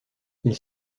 ils